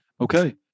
Okay